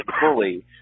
fully